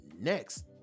next